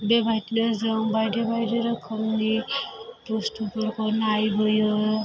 बेबायदिनो जों बायदि बायदि रोखोमनि बुस्थुफोरखौ नायबोयो